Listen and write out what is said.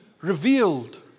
revealed